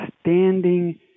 standing